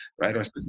right